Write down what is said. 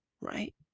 right